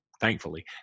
Thankfully